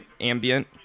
Ambient